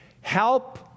help